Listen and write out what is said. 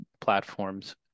platforms